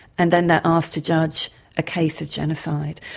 and then they're asked to judge a case of genocide.